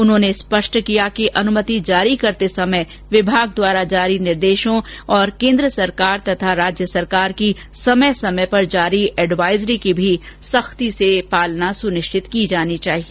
उन्होंने स्पष्ट किया कि अनुमति जारी करते समय विभाग द्वारा जारी निर्देशों और केन्द्र तथा राज्य सरकार की समय समय पर जारी एडवाइजरी की भी सख्ती से पालना सुनिश्चित की जानी है